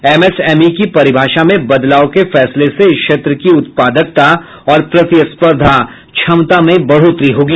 MSME की परिभाषा में बदलाव के फैसले से इस क्षेत्र की उत्पादकता और प्रतिस्पर्धा क्षमता में बढोतरी होगी